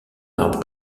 marbré